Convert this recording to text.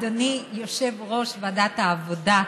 אדוני יושב-ראש ועדת העבודה,